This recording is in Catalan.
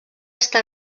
està